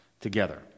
together